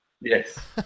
Yes